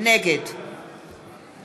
נגד